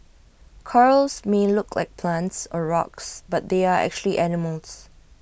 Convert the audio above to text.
corals may look like plants or rocks but they are actually animals